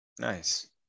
Nice